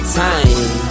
time